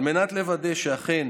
על מנת לוודא שאכן